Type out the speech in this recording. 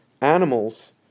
animals